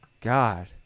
God